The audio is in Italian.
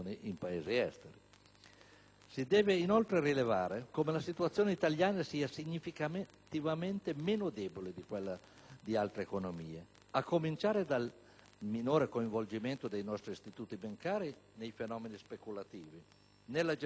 Si deve inoltre rilevare come la situazione italiana sia significativamente meno debole di quella di altre economie, a cominciare dal minore coinvolgimento dei nostri istituti bancari nei fenomeni speculativi, nella gestione dei derivati